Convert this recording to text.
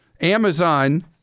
Amazon